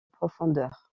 profondeur